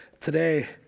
today